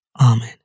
Amen